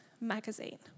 magazine